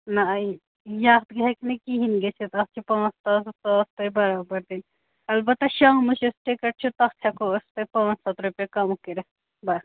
نہ یَتھ ہیٚکہِ نہٕ کِہیٖنۍ گٔژھِتھ اَتھ چھِ پانٛژھ ساس ساس تۄہہِ برابر دِنۍ البتہ شامٕچ یۄس ٹِکَٹ چھےٚ تَتھ ہٮ۪کو أسۍ تۄہہِ پانٛژھ ہَتھ رۄپیہِ کَم کٔرِتھ بَس